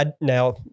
Now